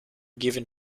given